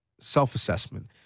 Self-assessment